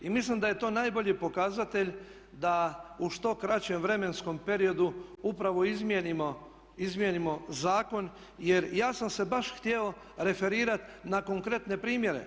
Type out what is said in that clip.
Mislim da je to najbolji pokazatelj da u što kraćem vremenskom periodu upravo izmijenimo zakon jer ja sam se baš htio referirati na konkretne primjere.